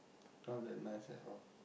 not that nice at all